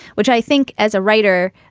which i think as a writer